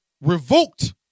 revoked